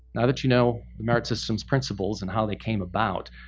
that you know the merit systems principals and how they came about,